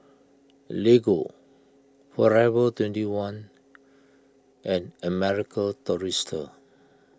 Lego forever twenty one and American Tourister